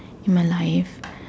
Merlion